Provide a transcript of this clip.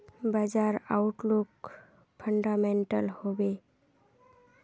बाजार outlook fundamental हैवै?